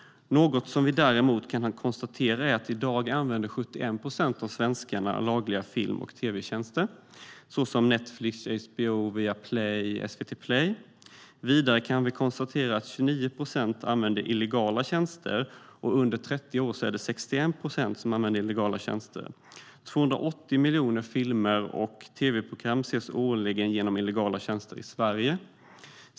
Något som vi däremot kan konstatera är att i dag använder 71 procent av svenskarna lagliga film och tv-tjänster som Netflix, HBO, Viaplay och SVT Play. Vidare kan vi konstatera att 29 procent använder illegala tjänster. Bland dem under 30 år är andelen 61 procent. 280 miljoner filmer och tv-program ses årligen genom illegala tjänster i Sverige.